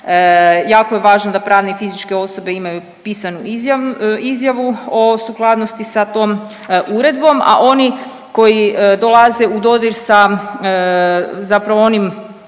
Jako je važno da pravne i fizičke osobe imaju pisanu izjavu o sukladnosti sa tom uredbom, a oni koji dolaze u dodir sa, zapravo onim